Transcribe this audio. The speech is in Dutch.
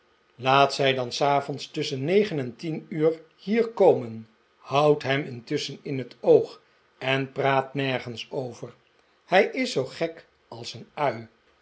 laat zij dan s avonds tusschen negen en tien uur hier komen houd hem intusschen in het oog en praat nergens over hij is zoo gek als een ui